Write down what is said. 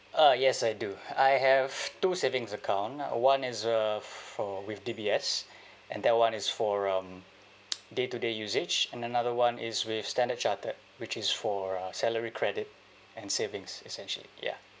uh yes I do I have two savings account one is uh for with D_B_S and that one is for um day to day usage and another one is with standard chartered which is for uh salary credit and savings essentially ya